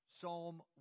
Psalm